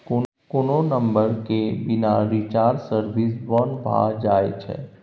कोनो नंबर केर बिना रिचार्ज सर्विस बन्न भ जाइ छै